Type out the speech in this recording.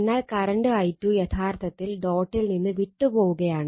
എന്നാൽ current i2 യഥാർത്ഥത്തിൽ ഡോട്ടിൽ നിന്ന് വിട്ട് പോവുകയാണ്